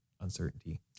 uncertainty